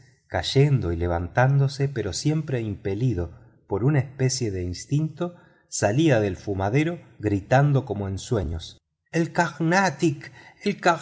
cayendo y levantándose pero siempre impelido por una especie de instinto salía del fumadero gritando como en suefíos el